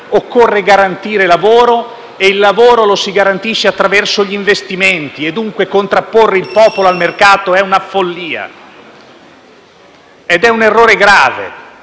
occorre garantire lavoro, e il lavoro lo si garantisce attraverso gli investimenti. E dunque contrapporre il popolo al mercato è una follia e un errore grave,